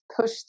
push